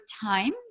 time